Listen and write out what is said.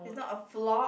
its not a vlog